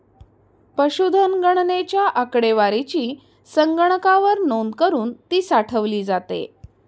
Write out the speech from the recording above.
पशुधन गणनेच्या आकडेवारीची संगणकावर नोंद करुन ती साठवली जाते